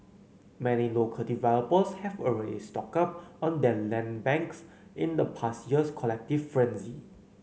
many local developers have already stocked up on their land banks in the past year's collective frenzy